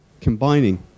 combining